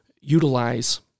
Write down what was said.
utilize